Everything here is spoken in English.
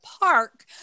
park